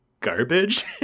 garbage